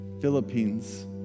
Philippines